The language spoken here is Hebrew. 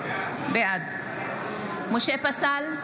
בעד משה פסל,